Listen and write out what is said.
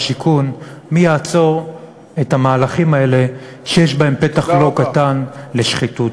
מי יעצור את המהלכים האלה שיש בהם פתח לא קטן לשחיתות?